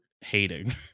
hating